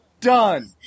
done